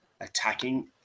attacking